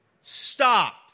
stop